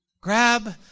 Grab